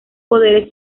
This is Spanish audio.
poderes